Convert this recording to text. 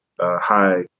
high